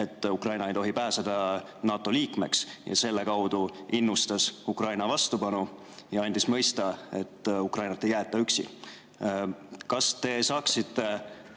et Ukraina ei tohi saada NATO liikmeks, ja selle kaudu innustas Ukraina vastupanu ja andis mõista, et Ukrainat ei jäeta üksi. Kas te saaksite